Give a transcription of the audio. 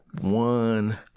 one—